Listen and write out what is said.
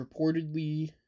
reportedly